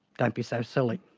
don't be so silly.